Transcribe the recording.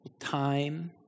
Time